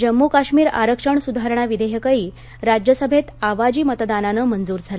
जम्मू काश्मीर आरक्षण सुधारणा विधेयकही राज्यसभेत आवाजी मतदानानं मंजूर झालं